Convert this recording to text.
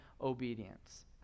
obedience